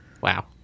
Wow